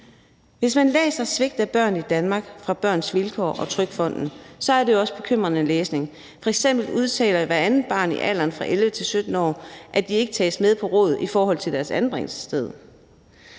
Hvis man læser »Svigt af børn i Danmark« fra Børns Vilkår og TrygFonden, er det også bekymrende læsning. F.eks. udtaler hvert andet barn i alderen 11-17 år, at de ikke tages med på råd i forhold til deres anbringelsessted.